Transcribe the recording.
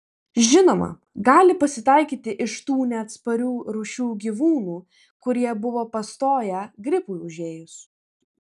žinoma gali pasitaikyti iš tų neatsparių rūšių gyvūnų kurie buvo pastoję gripui užėjus